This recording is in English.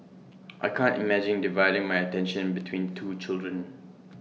I can't imagine dividing my attention between two children